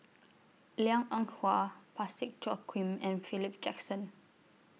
Liang Eng Hwa Parsick Joaquim and Philip Jackson